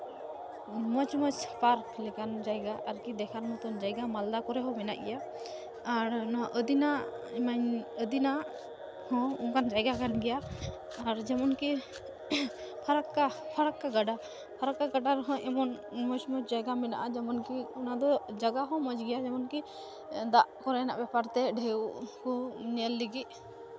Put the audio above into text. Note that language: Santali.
ᱢᱚᱡᱽ ᱢᱚᱡᱽ ᱯᱟᱨᱠ ᱞᱮᱠᱟᱱ ᱡᱟᱭᱜᱟ ᱟᱨᱠᱤ ᱫᱮᱠᱷᱟᱨ ᱢᱚᱛᱚᱱ ᱡᱟᱭᱜᱟ ᱢᱟᱞᱫᱟ ᱠᱚᱨᱮ ᱦᱚᱸ ᱢᱮᱱᱟᱜ ᱜᱮᱭᱟ ᱟᱨ ᱱᱚᱣᱟ ᱟᱹᱫᱤᱱᱟ ᱟᱹᱫᱤᱱᱟ ᱦᱚᱸ ᱚᱱᱠᱟᱱ ᱡᱟᱭᱜᱟ ᱠᱟᱱ ᱜᱮᱭᱟ ᱟᱨ ᱡᱮᱢᱚᱱ ᱠᱤ ᱯᱷᱟᱨᱟᱠᱠᱟ ᱯᱷᱟᱨᱟᱠᱠᱟ ᱜᱟᱰᱟ ᱯᱷᱟᱨᱟᱠᱠᱟ ᱜᱟᱰᱟ ᱨᱮᱦᱚᱸ ᱮᱢᱚᱱ ᱢᱚᱡᱽ ᱢᱚᱡᱽ ᱡᱟᱭᱜᱟ ᱢᱮᱱᱟᱜᱼᱟ ᱡᱮᱢᱚᱱ ᱠᱤ ᱚᱱᱟᱫᱚ ᱡᱟᱭᱜᱟ ᱦᱚᱸ ᱢᱚᱡᱽ ᱜᱮᱭᱟ ᱡᱮᱢᱚᱱ ᱠᱤ ᱫᱟᱜ ᱠᱚᱨᱮᱱᱟᱜ ᱵᱮᱯᱟᱨ ᱛᱮ ᱰᱷᱮᱣ ᱠᱚ ᱧᱮᱞ ᱞᱟᱹᱜᱤᱫ